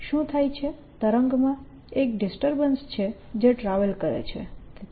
શું થાય છે તરંગમાં એક ડિસ્ટર્બન્સ છે જે ટ્રાવેલ કરે છે